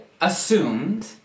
assumed